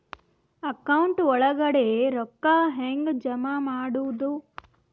Account ಒಳಗಡೆ ರೊಕ್ಕ ಹೆಂಗ್ ಜಮಾ ಮಾಡುದು?